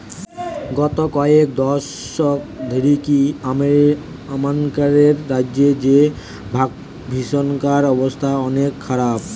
গত কয়েক দশক ধরিকি আমানকের রাজ্য রে ভাগচাষীমনকের অবস্থা অনেক খারাপ